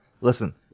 listen